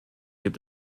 gibt